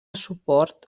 suport